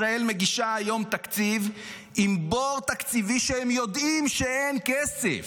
תקציב עם בור תקציבי, כשהם יודעים שאין כסף,